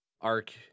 arc